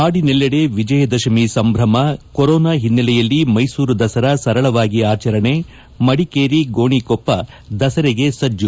ನಾಡಿನೆಲ್ಲೆಡೆ ವಿಜಯ ದಶಮಿ ಸಂಭ್ರಮ ಕೊರೋನಾ ಹಿನ್ನೆಲೆಯಲ್ಲಿ ಮೈಸೂರು ದಸರಾ ಸರಳವಾಗಿ ಆಚರಣೆ ಮಡಿಕೇರಿ ಗೋಣಿಕೊಪ್ಪ ದಸರೆಗೆ ಸಜ್ಜು